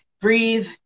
breathe